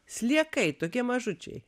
sliekai tokie mažučiai